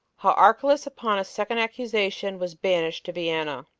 how archelaus upon a second accusation, was banished to vienna.